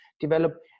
develop